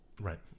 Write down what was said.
right